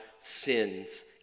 sin's